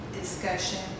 discussion